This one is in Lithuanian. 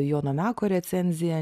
jono meko recenziją